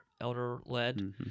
elder-led